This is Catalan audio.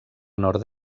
nord